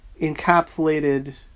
encapsulated